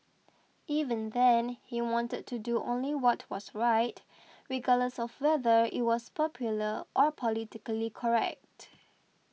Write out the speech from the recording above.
even then he wanted to do only what was right regardless of whether it was popular or politically correct